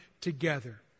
together